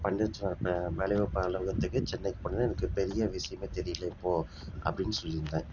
வேலைவாய்ப்பு அலுவலகத்துக்கு சென்னைக்கு போனது எனக்கு பெரிய விஷயமா தெரியலை இப்போது அப்படின்னு சொல்லியிருந்தேன்